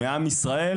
מעם ישראל,